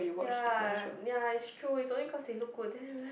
ya ya is true is only cause they look good then I realise